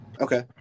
okay